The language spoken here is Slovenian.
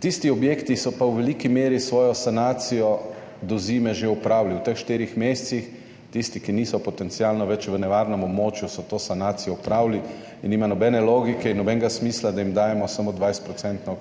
tisti objekti so pa v veliki meri svojo sanacijo do zime že opravili v teh štirih mesecih. Tisti, ki niso potencialno več v nevarnem območju, so to sanacijo opravili in nima nobene logike in nobenega smisla, da jim dajemo samo 20 procentno